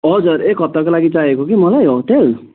हजुर एक हप्ताको लागि चाहिएको हो कि मलाई होटेल